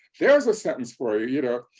there's a sentence for you, know?